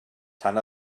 tan